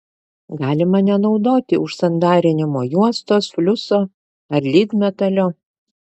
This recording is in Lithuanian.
galima nenaudoti užsandarinimo juostos fliuso ar lydmetalio